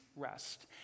rest